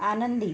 आनंदी